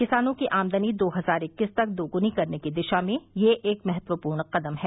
किसानों की आमदनी दो हज़ार इक्कीस तक दोगुनी करने की दिशा में यह एक महत्वपूर्ण कदम है